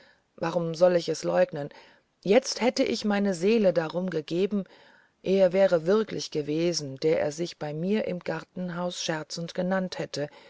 warum soll ich leugnen jetzt hätte ich meine seele darum gegeben er wäre wirklich gewesen der er sich bei mir im gartenhaus scherzend genannt hatte